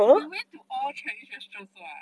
we went to all chinese restaurant [what]